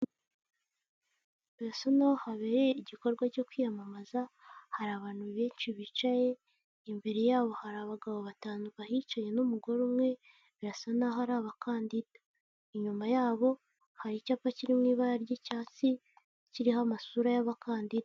Birasa naho habereye igikorwa cyo kwiyamamaza, hari abantu benshi bicaye, imbere yabo hari abagabo batanu bahicaye n'umugore umwe, birasa naho ari abakandida. Inyuma yabo hari icyapa kiri mu ibara ry'icyatsi kiriho amasura y'abakandida.